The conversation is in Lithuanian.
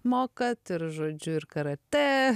mokat ir žodžiu ir karatė